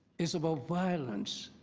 it's about violence.